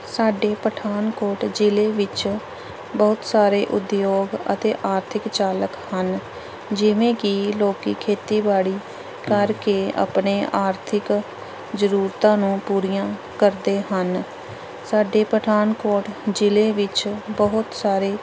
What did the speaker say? ਸਾਡੇ ਪਠਾਨਕੋਟ ਜ਼ਿਲ੍ਹੇ ਵਿੱਚ ਬਹੁਤ ਸਾਰੇ ਉਦਯੋਗ ਅਤੇ ਆਰਥਿਕ ਚਾਲਕ ਹਨ ਜਿਵੇਂ ਕਿ ਲੋਕ ਖੇਤੀਬਾੜੀ ਕਰਕੇ ਆਪਣੇ ਆਰਥਿਕ ਕਿਰੂਰਤਾਂ ਨੂੰ ਪੂਰੀਆਂ ਕਰਦੇ ਹਨ ਸਾਡੇ ਪਠਾਨਕੋਟ ਜ਼ਿਲ੍ਹੇ ਵਿੱਚ ਬਹੁਤ ਸਾਰੇ